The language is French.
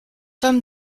femme